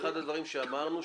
אחד הדברים שאמרנו,